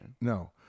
no